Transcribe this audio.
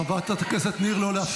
חברת הכנסת ניר, לא להפריע.